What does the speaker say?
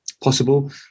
possible